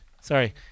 Sorry